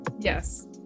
yes